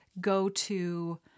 go-to